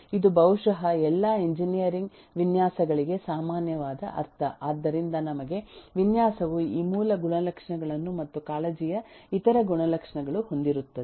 ಇದು ಬಹುಶಃ ಎಲ್ಲಾ ಎಂಜಿನಿಯರಿಂಗ್ ವಿನ್ಯಾಸಗಳಿಗೆ ಸಾಮಾನ್ಯವಾದ ಅರ್ಥ ಆದ್ದರಿಂದ ನಮಗೆ ವಿನ್ಯಾಸವು ಈ ಮೂಲ ಗುಣಲಕ್ಷಣಗಳನ್ನು ಮತ್ತು ಕಾಳಜಿಯ ಇತರ ಗುಣಲಕ್ಷಣಗಳು ಹೊಂದಿರುತ್ತದೆ